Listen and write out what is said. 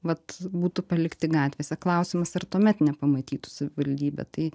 vat būtų palikti gatvėse klausimas ar tuomet nepamatytų savivaldybė tai